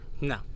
No